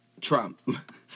Trump